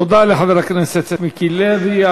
תודה לחבר הכנסת מיקי לוי.